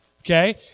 Okay